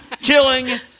killing